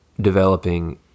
developing